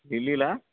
లిల్లీలా